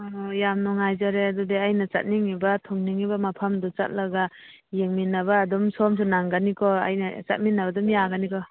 ꯑ ꯌꯥꯝ ꯅꯨꯡꯉꯥꯏꯖꯔꯦ ꯑꯗꯨꯗꯤ ꯑꯩꯅ ꯆꯠꯅꯤꯡꯉꯤꯕ ꯊꯨꯡꯅꯤꯡꯉꯤꯕ ꯃꯐꯝꯗꯨ ꯆꯠꯂꯒ ꯌꯦꯡꯃꯤꯟꯅꯕ ꯑꯗꯨꯝ ꯁꯣꯝꯁꯨ ꯅꯪꯒꯅꯤꯀꯣ ꯑꯩꯅ ꯆꯠꯃꯤꯟꯅꯕ ꯑꯗꯨꯝ ꯌꯥꯒꯅꯤꯀꯣ